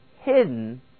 hidden